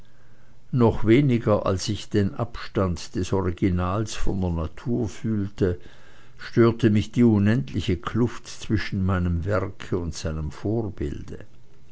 noch weniger als ich den abstand des originales von der natur fühlte störte mich die unendliche kluft zwischen meinem werke und seinem vorbilde